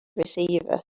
receiver